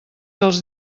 els